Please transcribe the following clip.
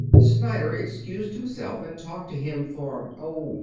snyder excused himself, and talked to him for oh,